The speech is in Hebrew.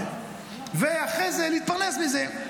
ואחרי זה להתפרנס מזה.